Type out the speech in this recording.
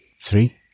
Three